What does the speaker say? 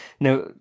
Now